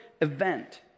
event